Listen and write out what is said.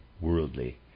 worldly